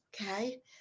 okay